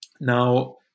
Now